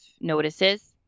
notices